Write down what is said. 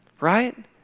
right